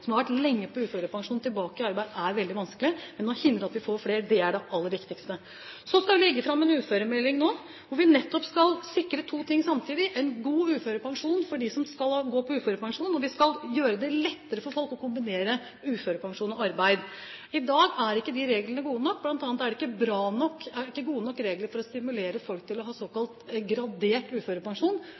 veldig vanskelig. Å hindre at vi får flere, er det aller viktigste. Vi skal nå legge fram en uføremelding hvor vi nettopp skal sikre to ting samtidig: en god uførepensjon for dem som skal gå på uførepensjon, og vi skal gjøre det lettere for folk å kombinere uførepensjon og arbeid. I dag er ikke de reglene gode nok. Blant annet er det ikke gode nok regler for å stimulere folk til å ha såkalt gradert uførepensjon,